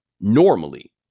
normally